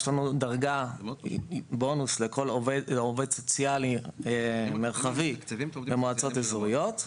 יש לנו דרגה בונוס לכל עובד סוציאלי מרחבי למועצות האזוריות.